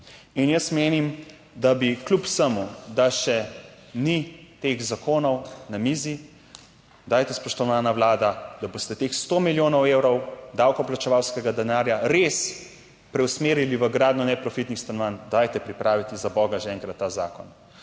In jaz menim, da bi kljub vsemu, da še ni teh zakonov na mizi, dajte, spoštovana Vlada, da boste teh sto milijonov evrov davkoplačevalskega denarja res preusmerili v gradnjo neprofitnih stanovanj. Dajte pripraviti zaboga že enkrat ta zakon.